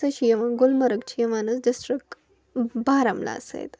سۄ چھِ یِوان گُلمرگ چھِ یِوان حظ ڈسٹرک بارہمولہ سۭتۍ